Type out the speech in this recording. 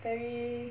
very